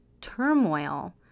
turmoil